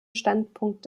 standpunkt